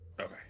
Okay